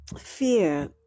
fear